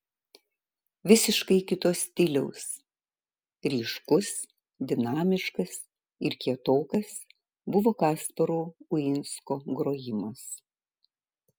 visiškai kito stiliaus ryškus dinamiškas ir kietokas buvo kasparo uinsko grojimas